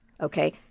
Okay